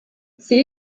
sie